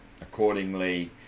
accordingly